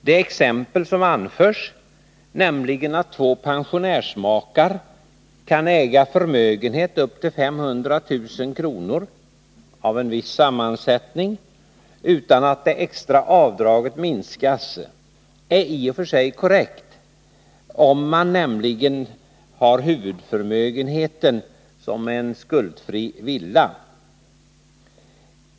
Det exempel som anförs, nämligen att två pensionärsmakar kan äga förmögenhet upp till 500 000 kr. av viss sammansättning utan att det extra avdraget minskas, är i och för sig korrekt, om man nämligen har huvudförmögenheten som en skuldfri villa.